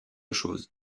chose